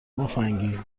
مفنگی